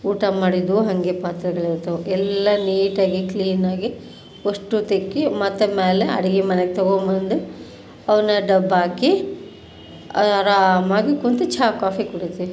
ಊಟ ಮಾಡಿದ್ದು ಹಾಗೆ ಪಾತ್ರಗಳಿರ್ತಾವೆ ಎಲ್ಲ ನೀಟಾಗಿ ಕ್ಲೀನಾಗಿ ಅವಷ್ಟು ತಿಕ್ಕಿ ಮತ್ತೆ ಮೇಲೆ ಅಡ್ಗೆ ಮನೇಗೆ ತಗೊಂಡ್ಬಂದು ಅವನ್ನ ದಬ್ಬಾಕಿ ಆರಾಮಾಗಿ ಕೂತು ಚಹಾ ಕಾಫಿ ಕುಡಿತೀವಿ